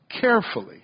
carefully